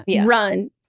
run